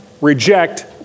reject